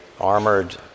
armored